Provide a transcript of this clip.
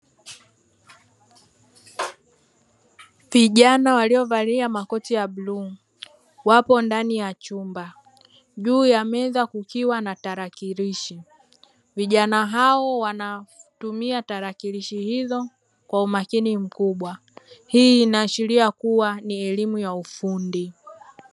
Vijana waliovalia makoti ya bluu wapo ndani ya chumba juu ya meza kukiwa na tarakilishi, vijana hao wanatumia tarakilishi hizo kwa umakini mkubwa, hii inaashiria kuwa ni elimu ya ufundi.